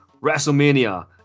WrestleMania